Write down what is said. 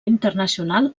internacional